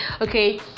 okay